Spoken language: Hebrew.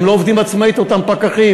הם לא עובדים עצמאית, אותם פקחים.